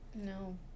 No